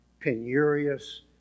penurious